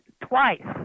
twice